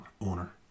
owner